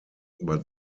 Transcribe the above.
but